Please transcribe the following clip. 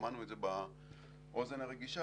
שמענו את זה באוזן הרגישה,